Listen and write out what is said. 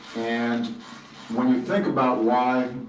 and when you think about why,